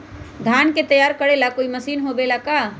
धान के तैयार करेला कोई मशीन होबेला का?